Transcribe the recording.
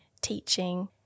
teaching